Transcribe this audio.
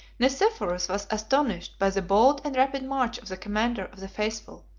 nicephorus was astonished by the bold and rapid march of the commander of the faithful,